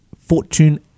fortune